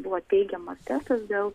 buvo teigiamas testas dėl